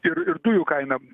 ir ir dujų kaina